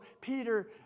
Peter